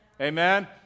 amen